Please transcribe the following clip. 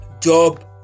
job